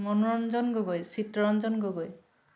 মনোৰঞ্জন গগৈ চিত্ৰৰঞ্জন গগৈ